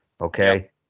okay